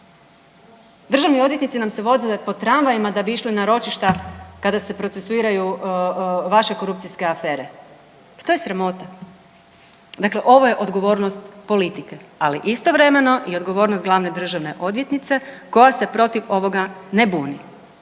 Državni odvjetnici nam se voze po tramvajima da bi išli na ročišta kada se procesuiraju vaše korupcijske afere. To je sramota! Dakle, ovo je odgovornost politike ali istovremeno i odgovornost glavne državne odvjetnice koja se protiv ovoga ne buni.